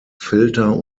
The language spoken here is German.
filter